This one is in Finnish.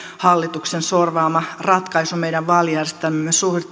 hallituksen sorvaama ratkaisu meidän vaalijärjestelmämme